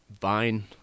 vine